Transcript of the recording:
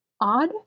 odd